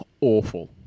awful